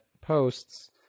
posts